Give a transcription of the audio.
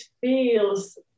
feels